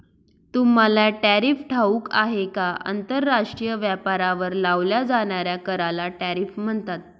तुम्हाला टॅरिफ ठाऊक आहे का? आंतरराष्ट्रीय व्यापारावर लावल्या जाणाऱ्या कराला टॅरिफ म्हणतात